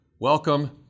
welcome